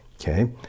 okay